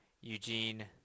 Eugene